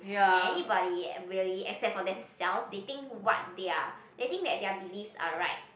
anybody really except for themselves they think what their they think that their beliefs are right